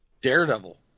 Daredevil